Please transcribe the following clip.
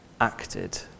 acted